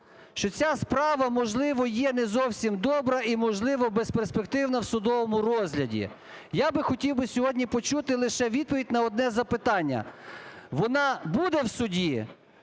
що ця справа, можливо, є не зовсім добра і можливо, безперспективна в судовому розгляді. Я би хотів сьогодні почути лише відповідь на одне запитання: вона буде в суді,